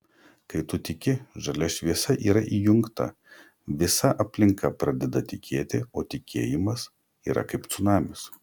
kai tu tiki žalia šviesa yra įjungta visa aplinka pradeda tikėti o tikėjimas yra kaip cunamis